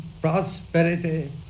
prosperity